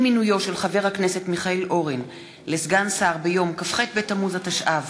עם מינויו של חבר הכנסת מיכאל אורן לסגן שר ביום כ"ח בתמוז התשע"ו,